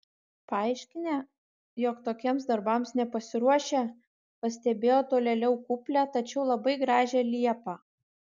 paaiškinę jog tokiems darbams nepasiruošę pastebėjo tolėliau kuplią tačiau labai gražią liepą